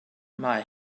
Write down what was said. mae